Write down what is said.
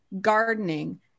Gardening